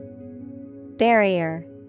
Barrier